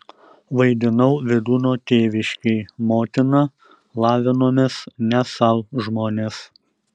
vaidinau vydūno tėviškėj motiną lavinomės ne sau žmonės